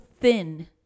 thin